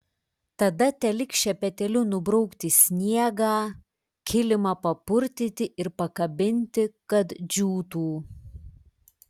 tada teliks šepetėliu nubraukti sniegą kilimą papurtyti ir pakabinti kad džiūtų